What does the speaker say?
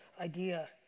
idea